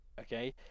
okay